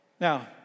Now